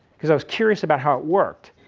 because i was curious about how it worked.